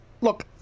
look